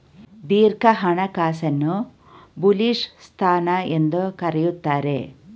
ದೀರ್ಘ ಹಣಕಾಸನ್ನು ಬುಲಿಶ್ ಸ್ಥಾನ ಎಂದು ಕರೆಯುತ್ತಾರೆ